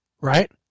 Right